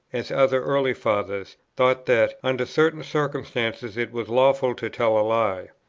as other early fathers, thought that, under certain circumstances, it was lawful to tell a lie.